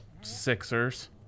Sixers